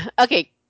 okay